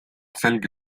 selge